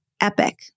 epic